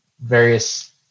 various